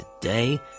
today